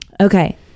Okay